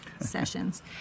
sessions